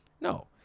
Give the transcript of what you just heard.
No